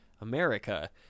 America